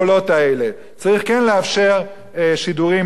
צריך כן לאפשר שידורים רבגוניים,